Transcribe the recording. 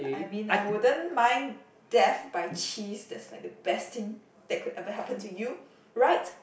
I mean I wouldn't mind death by cheese that's like the best thing that could ever happen to you right